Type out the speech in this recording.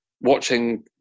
watching